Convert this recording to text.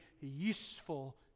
useful